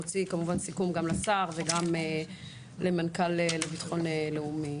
נוציא סיכום גם לשר וגם למנכ"ל לביטחון לאומי.